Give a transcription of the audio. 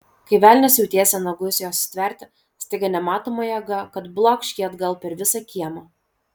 kai velnias jau tiesė nagus jos stverti staiga nematoma jėga kad blokš jį atgal per visą kiemą